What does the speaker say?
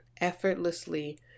effortlessly